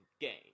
game